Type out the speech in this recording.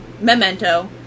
Memento